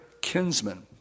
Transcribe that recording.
kinsmen